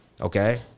okay